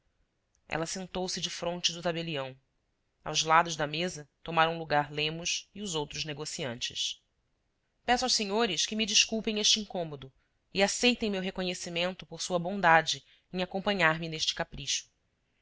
ela sentou-se defronte do tabelião aos lados da mesa tomaram lugar lemos e os outros negociantes peço aos senhores que me desculpem este incômodo e aceitem meu reconhecimento por sua bondade em acompanhar-me neste capricho